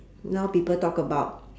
now people talk about